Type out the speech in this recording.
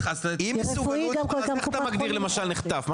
אז איך אתה מגדיר למשל נחטף?